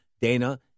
Dana